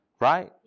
Right